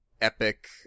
epic